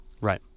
Right